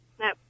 No